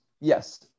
yes